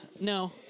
no